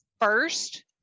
first